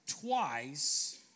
twice